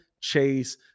Chase